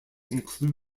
include